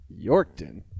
Yorkton